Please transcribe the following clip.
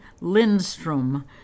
Lindstrom